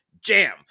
jam